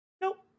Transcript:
Nope